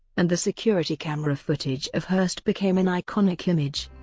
and the security camera footage of hearst became an iconic image.